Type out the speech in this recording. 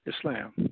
Islam